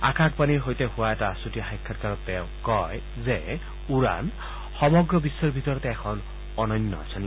আকাশবাণীৰ সৈতে হোৱা এক আছুতীয়া সাক্ষাৎকাৰত তেওঁ কয় যে উড়ান সমগ্ৰ বিশ্বৰ ভিতৰতে এখন অনন্য আঁচনি